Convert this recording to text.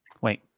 Wait